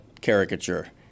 caricature